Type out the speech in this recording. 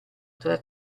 tra